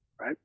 right